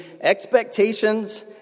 expectations